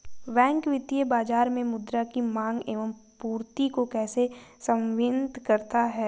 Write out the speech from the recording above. Bank वित्तीय बाजार में मुद्रा की माँग एवं पूर्ति को कैसे समन्वित करता है?